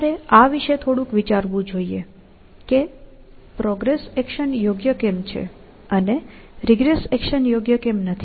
તમારે આ વિશે થોડુંક વિચારવું જોઈએ કે પ્રોગ્રેસ એક્શન યોગ્ય કેમ છે અને રીગ્રેસ એક્શન યોગ્ય કેમ નથી